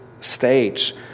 stage